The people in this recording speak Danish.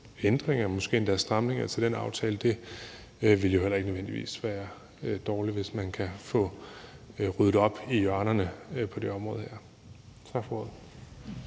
ændringer, måske endda stramninger, i forhold til den aftale. Det vil jo heller ikke nødvendigvis være dårligt, hvis man kan få ryddet op i hjørnerne på det område her. Tak for ordet.